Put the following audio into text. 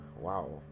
wow